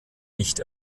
nicht